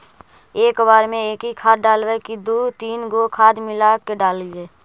एक बार मे एकही खाद डालबय की दू तीन गो खाद मिला के डालीय?